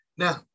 Now